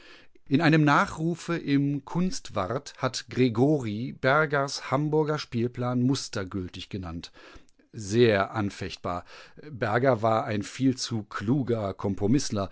in einem nachrufe im kunstwart hat gregori bergers hamburger spielplan mustergültig genannt sehr anfechtbar berger war ein viel zu kluger